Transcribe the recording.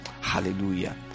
Hallelujah